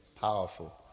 powerful